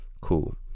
Cool